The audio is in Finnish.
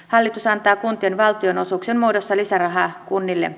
hallitus antaa kuntien valtionosuuksien muodossa lisärahaa kunnille